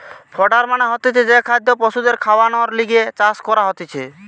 fodder মানে হতিছে যে খাদ্য পশুদের খাওয়ানর লিগে চাষ করা হতিছে